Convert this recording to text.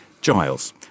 Giles